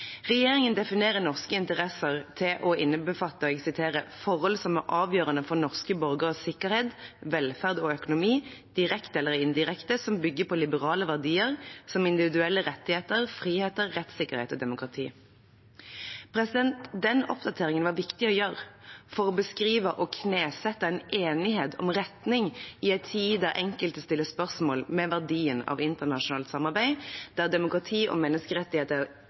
Regjeringen definerer «norske interesser» til å innbefatte «forhold som er avgjørende for norske borgeres sikkerhet, velferd og økonomi, direkte eller indirekte, og som bygger på liberale verdier, som individuelle rettigheter og friheter, rettsikkerhet og demokrati.» Den oppdateringen var det viktig å gjøre for å beskrive og knesette en enighet om retning i en tid der enkelte stiller spørsmål ved verdien av internasjonalt samarbeid, der demokrati og menneskerettigheter